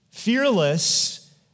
fearless